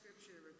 scripture